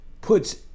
puts